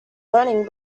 learning